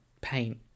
paint